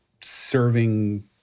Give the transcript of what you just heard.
serving